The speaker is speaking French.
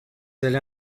allez